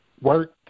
work